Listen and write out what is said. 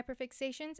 hyperfixations